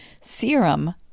serum